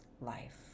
life